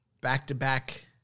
Back-to-back